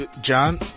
John